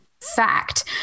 fact